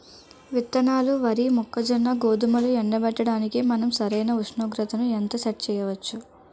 విత్తనాలు వరి, మొక్కజొన్న, గోధుమలు ఎండబెట్టడానికి మనం సరైన ఉష్ణోగ్రతను ఎంత సెట్ చేయవచ్చు?